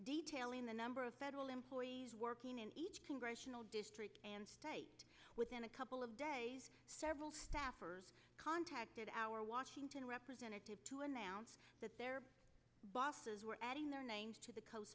detailing the number of federal employees working in each congressional district and state within a couple of days several staffers contacted our washington representative to announce that their bosses were adding their names to the co